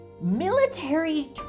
military